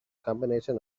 combination